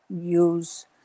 use